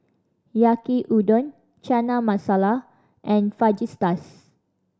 Yaki Udon Chana Masala and Fajitas